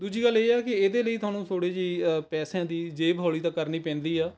ਦੂਜੀ ਗੱਲ ਇਹ ਹੈ ਕਿ ਇਹਦੇ ਲਈ ਤੁਹਾਨੂੰ ਥੋੜ੍ਹੀ ਜਿਹੀ ਪੈਸਿਆਂ ਦੀ ਜੇਬ ਹੌਲੀ ਤਾਂ ਕਰਨੀ ਪੈਂਦੀ ਆ